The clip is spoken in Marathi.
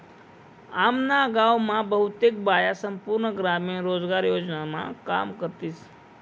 आम्ना गाव मा बहुतेक बाया संपूर्ण ग्रामीण रोजगार योजनामा काम करतीस